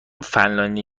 فنلاندی